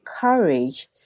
courage